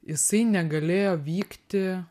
jisai negalėjo vykti